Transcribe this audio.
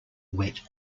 wet